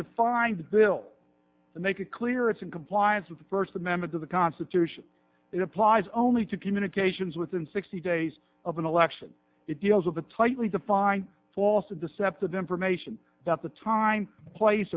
defined the bill to make it clear it's in compliance with the first member to the constitution it applies only to communications within sixty days of an election it deals with a tightly defined false and deceptive information about the time place